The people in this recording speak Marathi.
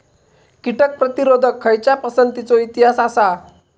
कीटक प्रतिरोधक खयच्या पसंतीचो इतिहास आसा?